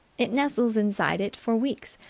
it nestles inside it for weeks,